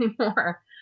anymore